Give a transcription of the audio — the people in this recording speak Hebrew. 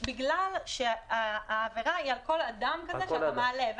בגלל שהעבירה היא על כל אדם כזה שאתה מעלה,